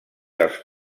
els